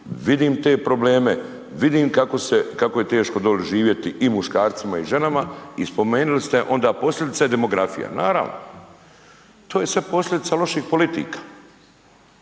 vidim te probleme, vidim kako se, kako je teško doli živjeti i muškarcima i ženama i spomenuli ste onda posljedica je demografija, naravno. To je sve posljedica loših politika.